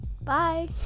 Bye